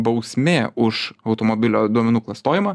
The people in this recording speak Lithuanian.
bausmė už automobilio duomenų klastojimą